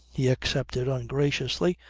he accepted ungraciously,